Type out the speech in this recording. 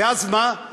ואז מה?